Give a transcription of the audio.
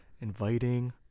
inviting